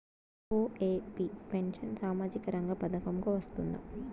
OAP pension సామాజిక రంగ పథకం కు వస్తుందా?